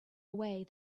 away